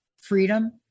freedom